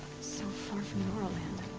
so far from nora land?